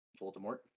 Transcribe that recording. Voldemort